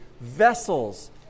vessels